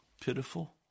pitiful